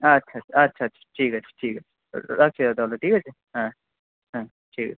আচ্ছা আচ্ছা আচ্ছা আচ্ছা ঠিক আছে ঠিক আছে রাখছি দাদা তাহলে ঠিক আছে হ্যাঁ হ্যাঁ ঠিক আছে